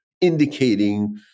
indicating